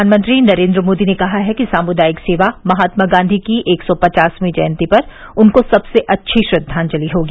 प्रधानमंत्री नरेन्द्र मोदी ने कहा है कि सामुदायिक सेवा महात्मा गांधी की एक सौ पचासवीं जयंती पर उनको सबसे अच्छी श्रद्वांजलि होगी